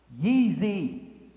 Yeezy